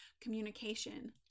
communication